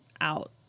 out